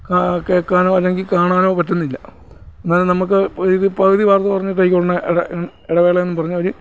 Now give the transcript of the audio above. കേൾക്കാനോ അല്ലെങ്കിൽ കാണാനോ പറ്റുന്നില്ല എന്നാലും നമ്മൾക്ക് ഒരിത് പകുതി വാർത്ത പറഞ്ഞു കഴിഞ്ഞയുടനെ ഇടവേളയെന്നും പറഞ്ഞവർ